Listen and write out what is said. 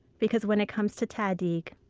because when it comes to tahdig,